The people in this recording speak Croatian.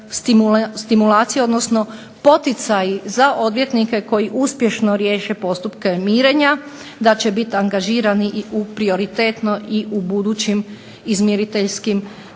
stimulacije odnosno poticaji za odvjetnike koji uspješno riješe postupke mirenja, da će biti angažirani i u prioritetno i u budućim izmiriteljskim